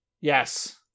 Yes